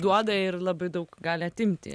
duoda ir labai daug gali atimti